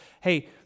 Hey